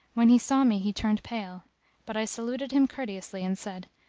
when he saw me he turned pale but i saluted him courteously and said,